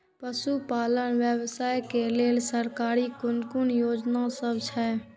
पशु पालन व्यवसाय के लेल सरकारी कुन कुन योजना सब छै?